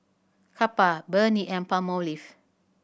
Kappa Burnie and Palmolive